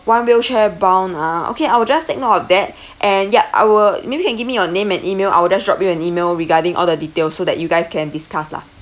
one wheelchair bound ah okay I will just take note of that and yup I will maybe can give me your name and email I will just drop you an email regarding all the detail so that you guys can discuss lah